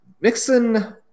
Mixon